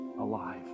alive